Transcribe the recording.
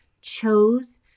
chose